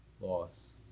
Loss